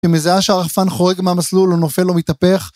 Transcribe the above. ומזהה שהרחפן חורג מהמסלול ונופל ומתהפך